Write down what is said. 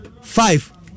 five